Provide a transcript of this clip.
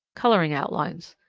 colouring outlines.